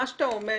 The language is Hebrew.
מאיר,